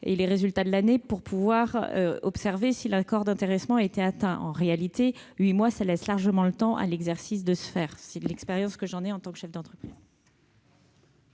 les résultats comptables de l'année pour pouvoir déterminer si l'accord d'intéressement a été atteint. En réalité, un délai de huit mois laisse largement le temps à l'exercice de se faire. C'est l'expérience que j'en ai en tant que chef d'entreprise.